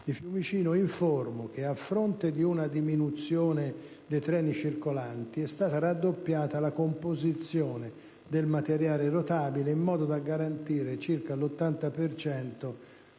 di Fiumicino, informo che, a fronte di una diminuzione dei treni circolanti, è stata raddoppiata la composizione del materiale rotabile, in modo da garantire circa l'80